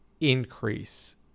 increase